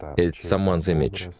it's someone's image,